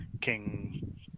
King